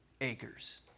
acres